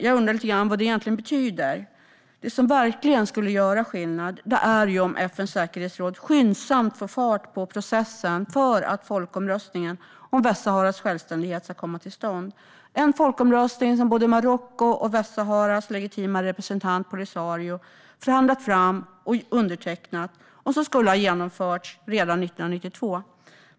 Jag undrar dock vad det egentligen betyder. Det som verkligen skulle göra skillnad är om FN:s säkerhetsråd skyndsamt får fart på processen för att folkomröstningen om Västsaharas självständighet ska komma till stånd - en folkomröstning som både Marocko och Västsaharas legitima representant Polisario förhandlat fram och undertecknat och som skulle ha genomförts redan 1992.